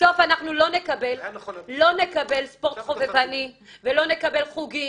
בסוף אנחנו לא נקבל ספורט חובבני ולא נקבל חוגים.